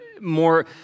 more